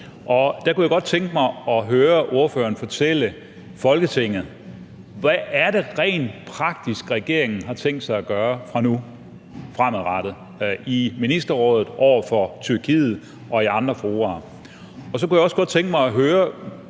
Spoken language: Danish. Og der kunne jeg godt tænke mig at høre ordføreren fortælle Folketinget: Hvad er det, regeringen rent praktisk har tænkt sig at gøre over for Tyrkiet nu og fremadrettet i Ministerrådet og i andre fora? Så kunne jeg også godt tænke mig at høre